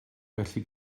felly